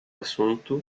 assunto